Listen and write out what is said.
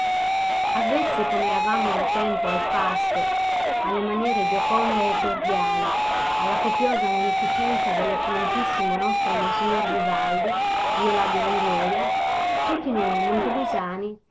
avvezzi com'eravamo da tempo al fasto alle maniere gioconde e cordiali alla copiosa munificenza dell'eccell mo nostro monsignor vivaldi dio l'abbia in gloria tutti noi